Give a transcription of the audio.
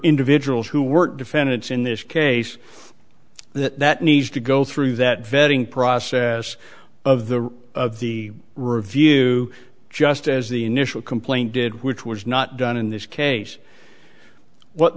individuals who weren't defendants in this case that needs to go through that vetting process of the of the review just as the initial complaint did which was not done in this case what